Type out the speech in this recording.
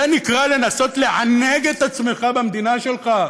זה נקרא לנסות לענג את עצמך במדינה שלך.